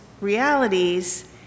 realities